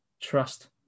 trust